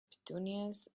petunias